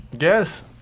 Yes